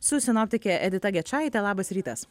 su sinoptike edita gečaite labas rytas